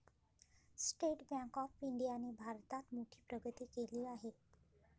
state bank of इंडियाने भारतात मोठी प्रगती केली आहे